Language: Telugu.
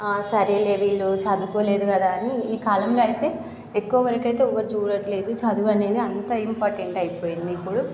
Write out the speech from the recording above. ఆ సరేలే వీళ్ళు చదువుకోలేదు కదా అని ఈ కాలంలో అయితే ఎక్కువ వరకు అయితే ఎవరు చూడట్లేదు చదువు అనేది అంత ఇంపార్టెంట్ అయిపోయింది ఇప్పుడు